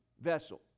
vessel